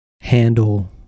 handle